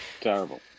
Terrible